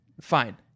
fine